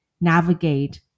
navigate